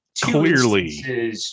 clearly